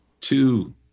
two